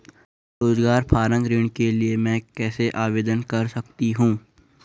रोज़गार परक ऋण के लिए मैं कैसे आवेदन कर सकतीं हूँ?